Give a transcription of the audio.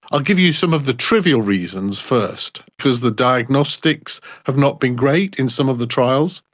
i'll give you some of the trivial reasons first, because the diagnostics have not been great in some of the trials.